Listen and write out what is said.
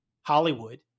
Hollywood